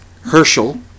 Herschel